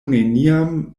neniam